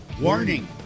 Warning